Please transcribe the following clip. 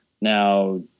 now